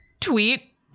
tweet